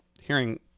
hearing